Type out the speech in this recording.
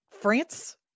France